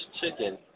chicken